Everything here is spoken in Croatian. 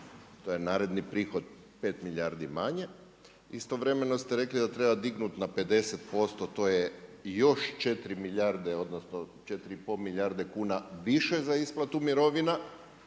to je naredni prihod, 5 milijardi manje. Istovremeno ste rekli, da treba dignut na 50%, to je još 4 milijarde, odnosno, 4,5 milijarde kuna više za isplatu mirovina